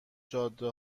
جاده